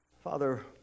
Father